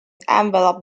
envelop